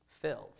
filled